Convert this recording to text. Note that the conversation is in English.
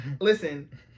listen